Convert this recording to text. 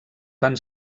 fan